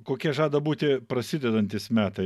kokie žada būti prasidedantys metai